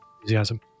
enthusiasm